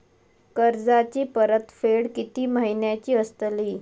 कर्जाची परतफेड कीती महिन्याची असतली?